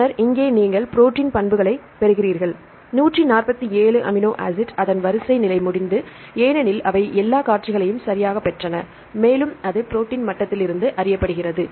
பின்னர் இங்கே நீங்கள் ப்ரோடீன் பண்புகளை பெறுகிறீர்கள் 147 அமினோ ஆசிட் அதன் வரிசை நிலை முடிந்தது ஏனெனில் அவை எல்லா காட்சிகளையும் சரியாகப் பெற்றன மேலும் அது ப்ரோடீன் மட்டத்தில் இருந்து அறியப்படுகிறது